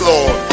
Lord